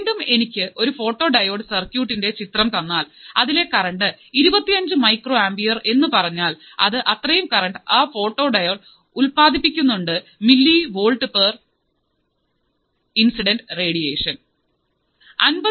വീണ്ടും എനിക്ക് ഒരു ഫോട്ടോ ഡയോഡ് സർക്യൂട്ടിൻറെ ചിത്രം തന്നാൽ അതിലെ കറണ്ട് ഇരുപത്തിയഞ്ചു മൈക്രോ ആംപിയർ എന്നുപറഞ്ഞാൽ അത് അത്രയും കറണ്ട് ആ ഫോട്ടോ ഡയോഡ് ഒരു മില്ലി വാട്ട് ഇൻസൈഡ് റെഡിയേഷന് ഉൽപാദിപ്പിക്കുന്നുണ്ട്